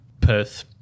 Perth